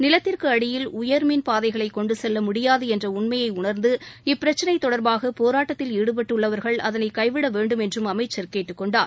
நிலத்திற்கு அடியில் உயர் மின்பாதைகளை கொண்டு செல்ல முடியாது என்ற உண்மையை உணர்ந்து இப்பிரச்சினை தொடர்பாக போராட்டத்தில் ஈடுபட்டுள்ளவர்கள் அதனை கைவிட வேண்டும் என்றும் அமைச்சர் கேட்டுக்கொண்டார்